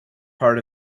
part